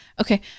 Okay